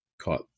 caught